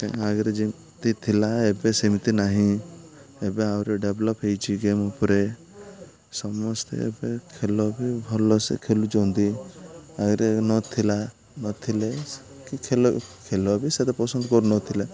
ଆଗରେ ଯେମିତି ଥିଲା ଏବେ ସେମିତି ନାହିଁ ଏବେ ଆହୁରି ଡେଭ୍ଲପ୍ ହେଇଛି ଗେମ୍ ଉପରେ ସମସ୍ତେ ଏବେ ଖେଳ ବି ଭଲ ସେ ଖେଳଛନ୍ତି ଆଗରେ ନଥିଲା ନଥିଲେ ଖେଳ ବି ସେତେ ପସନ୍ଦ କରୁନଥିଲା